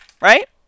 right